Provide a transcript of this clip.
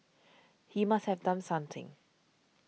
he must have done something